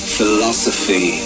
philosophy